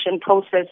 process